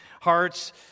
hearts